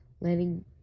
Letting